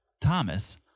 Thomas